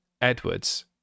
edwards